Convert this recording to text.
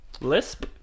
Lisp